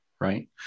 right